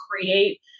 create